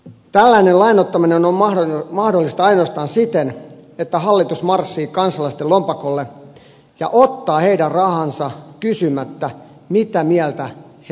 tällainen lainoittaminen on mahdollista ainoastaan siten että hallitus marssii kansalaisten lompakolle ja ottaa heidän rahansa kysymättä mitä mieltä he siitä ovat